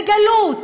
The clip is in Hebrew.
בגלות,